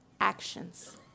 actions